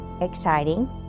exciting